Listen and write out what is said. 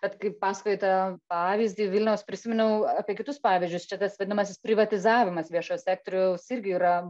tad kai pasakojai tą pavyzdį vilniaus prisiminiau apie kitus pavyzdžius čia tas vadinamas privatizavimas viešo sektoriaus irgi yra